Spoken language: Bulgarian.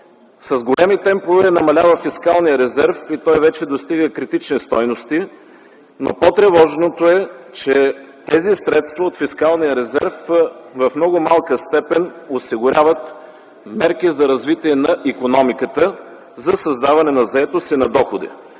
С големи темпове намалява фискалният резерв и той вече достига критични стойности, но по-тревожното е, че тези средства от фискалния резерв в много малка степен осигуряват мерки за развитие на икономиката, за създаване на заетост и на доходи.